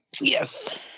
yes